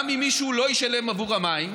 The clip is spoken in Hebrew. גם אם מישהו לא ישלם עבור המים,